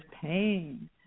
pain